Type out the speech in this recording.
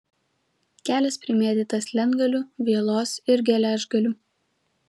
kelias primėtytas lentgalių vielos ir geležgalių